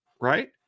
Right